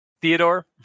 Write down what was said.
Theodore